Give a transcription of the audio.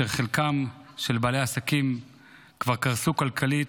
כאשר חלק מבעלי העסקים כבר קרסו כלכלית,